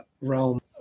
realm